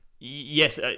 Yes